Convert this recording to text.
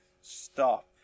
stop